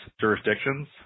jurisdictions